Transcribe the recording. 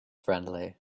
friendly